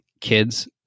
kids